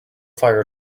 fire